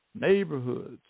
neighborhoods